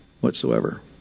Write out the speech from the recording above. whatsoever